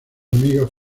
amigos